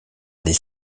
des